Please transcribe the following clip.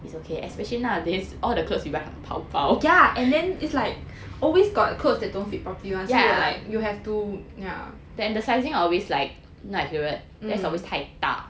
ya and then it's like always got clothes that don't fit properly [one] so you will have to ya mm